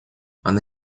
она